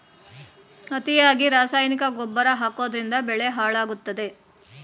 ಅತಿಯಾಗಿ ರಾಸಾಯನಿಕ ಗೊಬ್ಬರ ಹಾಕೋದ್ರಿಂದ ಬೆಳೆ ಹಾಳಾಗುತ್ತದೆ